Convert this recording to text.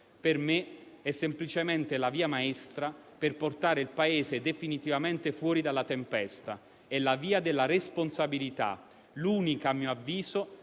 Per me è semplicemente la via maestra per portare il Paese definitivamente fuori dalla tempesta; è la via della responsabilità, l'unica - a mio avviso